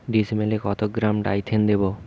ডিস্মেলে কত গ্রাম ডাইথেন দেবো?